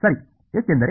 ಸರಿ ಏಕೆಂದರೆ